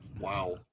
Wow